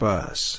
Bus